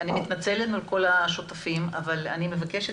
אני מתנצלת מול כל השותפים ואני מבקשת